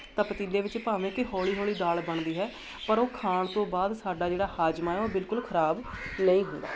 ਤਾਂ ਪਤੀਲੇ ਵਿੱਚ ਭਾਵੇਂ ਕਿ ਹੌਲੀ ਹੌਲੀ ਦਾਲ ਬਣਦੀ ਹੈ ਪਰ ਉਹ ਖਾਣ ਤੋਂ ਬਾਅਦ ਸਾਡਾ ਜਿਹੜਾ ਹਾਜ਼ਮਾ ਉਹ ਬਿਲਕੁਲ ਖਰਾਬ ਨਹੀਂ ਹੁੰਦਾ